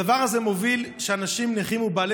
הדבר הזה מוביל לכך שאנשים נכים ובעלי